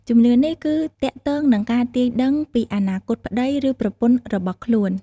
ជំនឿនេះគឺទាក់ទងនឹងការទាយដឹងពីអនាគតប្ដី ឬប្រពន្ធរបស់ខ្លួន។